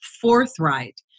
forthright